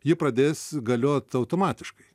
ji pradės galiot automatiškai